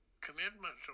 Commitment